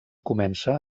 comença